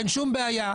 ואין שום בעיה.